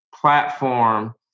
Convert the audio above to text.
platform